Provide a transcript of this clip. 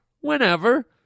whenever